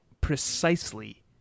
precisely